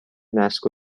نسل